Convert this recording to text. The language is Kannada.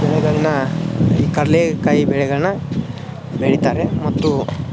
ಬೆಳೆಗಳನ್ನ ಈ ಕಡಲೆಕಾಯಿ ಬೆಳೆಗಳನ್ನ ಬೆಳಿತಾರೆ ಮತ್ತು